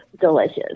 delicious